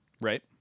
right